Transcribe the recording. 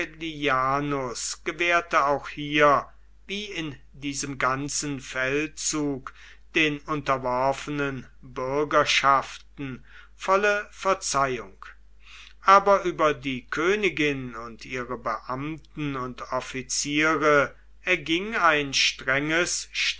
gewährte auch hier wie in diesem ganzen feldzug den unterworfenen bürgerschaften volle verzeihung aber über die königin und ihre beamten und offiziere erging ein strenges